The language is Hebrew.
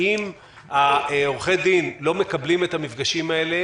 האם עורכי הדין לא מקבלים את המפגשים האלה